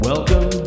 Welcome